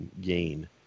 gain